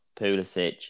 Pulisic